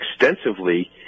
extensively